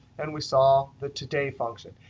and we saw that today function.